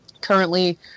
currently